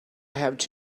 have